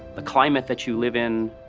a climate that you live in.